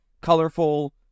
colorful